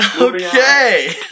Okay